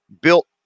built